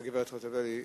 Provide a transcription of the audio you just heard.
חברת הכנסת חוטובלי.